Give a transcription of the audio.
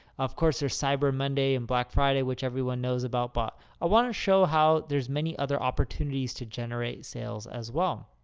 of course, there's cyber monday and black friday, which everyone knows about. but i want to show how there's many other opportunities to generate sales, as well.